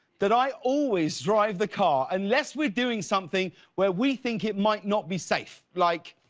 that i always drive the car unless we are doing something where we think it might not be safe. like,